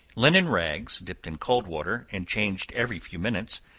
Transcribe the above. linen rags dipped in cold water and changed every few minutes,